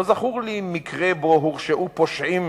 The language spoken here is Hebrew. לא זכור לי מקרה שבו הורשעו פושעים